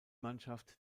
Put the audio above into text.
mannschaft